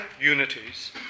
unities